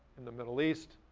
in the middle east,